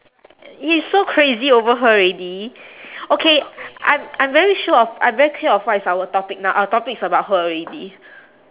you're so crazy over her already okay I'm I'm very sure of I'm very clear of what is our topic now our topic is about her already